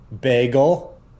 bagel